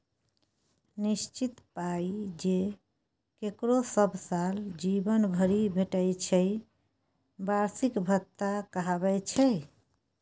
निश्चित पाइ जे ककरो सब साल जीबन भरि भेटय छै बार्षिक भत्ता कहाबै छै